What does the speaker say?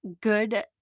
good